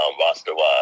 roster-wise